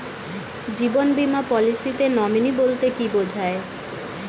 জীবন বীমা পলিসিতে নমিনি বলতে কি বুঝায়?